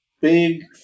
big